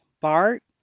Bart